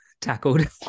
tackled